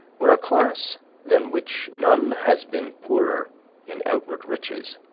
were a class than which none has been poorer in outward riches,